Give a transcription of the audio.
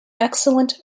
excellent